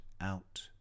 out